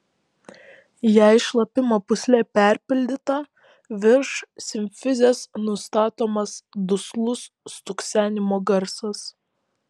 jei šlapimo pūslė perpildyta virš simfizės nustatomas duslus stuksenimo garsas